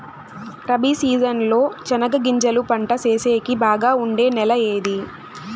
Rabi season లో చెనగగింజలు పంట సేసేకి బాగా ఉండే నెల ఏది?